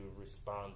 respond